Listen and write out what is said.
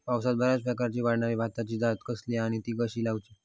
पावसात बऱ्याप्रकारे वाढणारी भाताची जात कसली आणि ती कशी लाऊची?